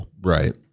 Right